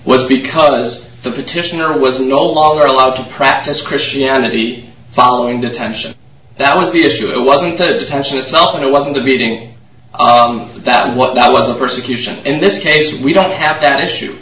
was because the petitioner was no longer allowed to practice christianity following detention that was the issue it wasn't detention itself and it wasn't a beating that what was the persecution in this case we don't have that issue